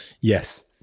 yes